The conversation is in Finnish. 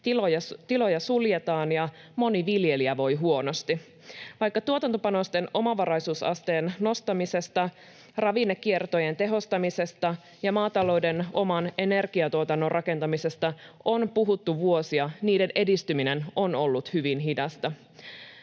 tiloja suljetaan ja moni viljelijä voi huonosti. Vaikka tuotantopanosten omavaraisuusasteen nostamisesta, ravinnekiertojen tehostamisesta ja maatalouden oman energiatuotannon rakentamisesta on puhuttu vuosia, niiden edistyminen on ollut hyvin hidasta.